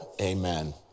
amen